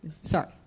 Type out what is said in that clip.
sorry